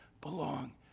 belong